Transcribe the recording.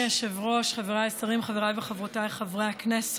והיא עוברת להמשך דיון והכנה בוועדת הכלכלה של הכנסת.